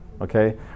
okay